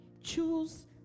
choose